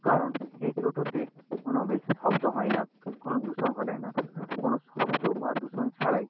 কারণ এই টোটোতে কোনও বেশি শব্দ হয় না কোনও দূষণ ঘটায় না কোনও শব্দ বা দূষণ ছাড়াই